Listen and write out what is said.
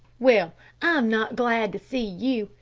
well, i'm not glad to see you,